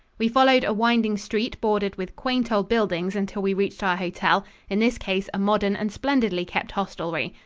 we followed a winding street bordered with quaint old buildings until we reached our hotel in this case a modern and splendidly kept hostelry.